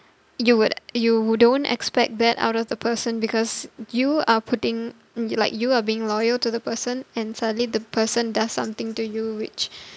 you would you would don't expect that out of the person because you are putting like you are being loyal to the person and suddenly the person does something to you which